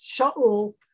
Sha'ul